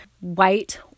white